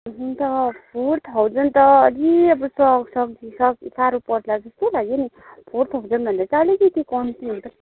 हुन त four thousand त अलि अब त साह्रो पर्ला जस्तो भयो नि फोर थाउजनभन्दा चाहिँ अलिकि कम्ती हुँद